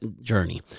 journey